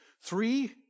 three